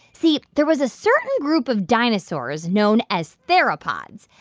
see, there was a certain group of dinosaurs known as theropods,